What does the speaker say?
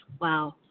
Wow